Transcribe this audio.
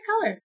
color